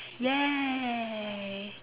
!yay!